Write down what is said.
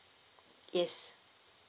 yes